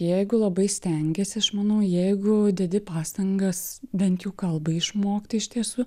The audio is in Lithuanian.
jeigu labai stengiesi aš manau jeigu dedi pastangas bent jau kalbai išmokti iš tiesų